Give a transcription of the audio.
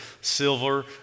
silver